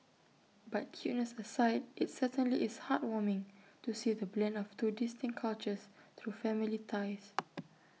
but cuteness aside IT certainly is heartwarming to see the blend of two distinct cultures through family ties